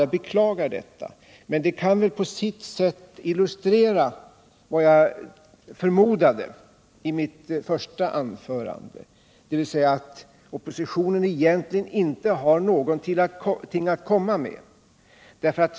Jag beklagar detta, men det kan väl illustrera vad jag förmodade i mitt första anförande, nämligen att oppositionen inte har något att komma med på lång sikt.